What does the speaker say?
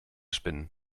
spinnen